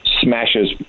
smashes